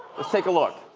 let's take a look.